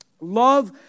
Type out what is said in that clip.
Love